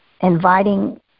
inviting